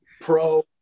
pro